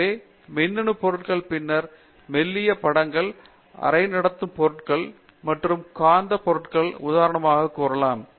எனவே மின்னணு பொருட்கள் பின்னர் மெல்லிய படங்கள் அரை நடத்தும் பொருட்கள் மற்றும் காந்த பொருட்கள் உதாரணமாக கூறலாம்